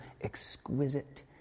exquisite